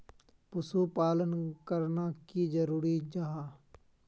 पशुपालन करना की जरूरी जाहा?